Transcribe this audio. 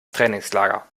trainingslager